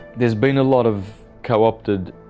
there's been a lot of co-opted,